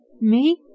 Me